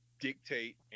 dictate